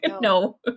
No